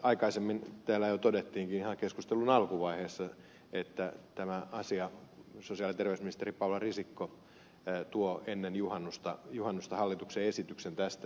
aikaisemmin täällä jo todettiinkin ihan keskustelun alkuvaiheessa että sosiaali ja terveysministeri paula risikko tuo ennen juhannusta hallituksen esityksen tästä